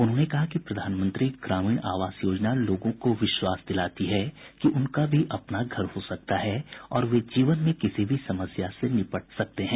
उन्होंने कहा कि प्रधानमंत्री ग्रामीण आवास योजना लोगों को विश्वास दिलाती है कि उनका भी अपना घर हो सकता है और वे जीवन में किसी भी समस्या से निपट सकते हैं